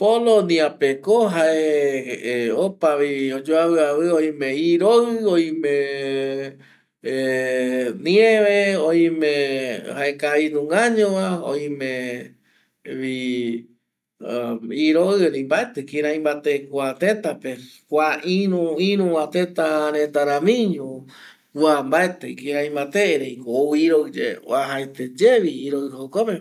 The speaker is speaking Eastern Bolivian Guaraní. Poloniapeko jaevi opa oyoaviavi oime iroi oime oime nieve oime jaekavi nungañova, oimevi iroi erei mbaeti kirai mbate kua tëtape kua iruva tëtape reta ramiño kua mbaeti kirai mbate ereiko ou iroiyae oajaeteyevi iroi jokope